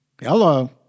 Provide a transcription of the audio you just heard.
Hello